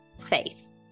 faith